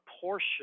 portion